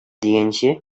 дигәнче